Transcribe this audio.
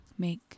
Make